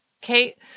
Kate